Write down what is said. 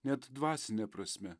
net dvasine prasme